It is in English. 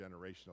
generational